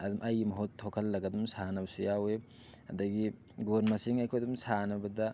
ꯑꯗꯨꯝ ꯑꯩꯒꯤ ꯃꯍꯨꯠ ꯊꯣꯛꯍꯜꯂꯒ ꯑꯗꯨꯝ ꯁꯥꯟꯅꯕꯁꯨ ꯌꯥꯎꯋꯤ ꯑꯗꯒꯤ ꯒꯣꯜ ꯃꯁꯤꯡ ꯑꯩꯈꯣꯏ ꯑꯗꯨꯝ ꯁꯥꯟꯅꯕꯗ